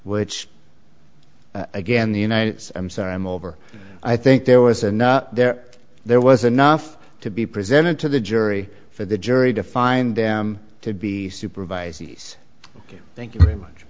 which again the unites i'm sorry i'm over i think there was a knot there there was enough to be presented to the jury for the jury to find them to be supervised he's ok thank you very much